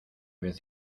vez